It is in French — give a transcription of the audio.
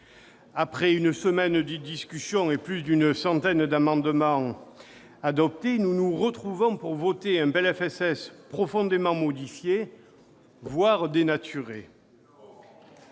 après une semaine de discussion et plus d'une centaine d'amendements adoptés, nous nous retrouvons pour voter un PLFSS profondément modifié, voire dénaturé.